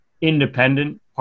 independent